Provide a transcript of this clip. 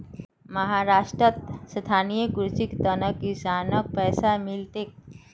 महाराष्ट्रत स्थायी कृषिर त न किसानक पैसा मिल तेक